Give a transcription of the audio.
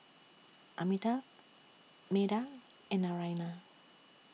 Amitabh Medha and Naraina